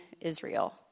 Israel